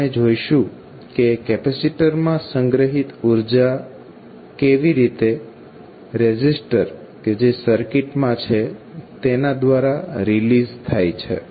આપણે જોઈશું કે કેપેસીટરમાં સંગ્રહિત ઉર્જા કેવી રીતે રેઝિસ્ટર જે સર્કિટ મા છે તેના દ્વારા રિલીઝ થાય છે